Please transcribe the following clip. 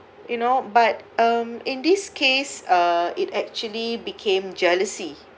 you know but um in this case uh it actually became jealousy